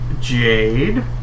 Jade